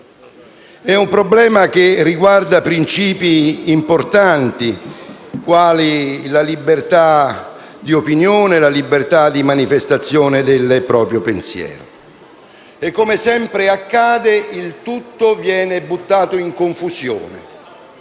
Il problema che si pone riguarda principi importanti quali la libertà di opinione e di manifestazione del pensiero. Come sempre accade, il tutto viene buttato in confusione.